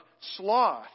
sloth